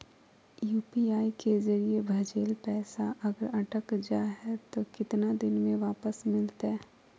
UPI के जरिए भजेल पैसा अगर अटक जा है तो कितना दिन में वापस मिलते?